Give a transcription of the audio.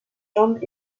jambes